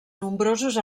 nombrosos